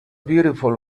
beautiful